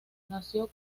nació